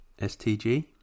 STG